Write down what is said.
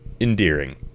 endearing